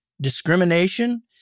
discrimination